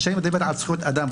כשאני מדבר על זכויות אדם,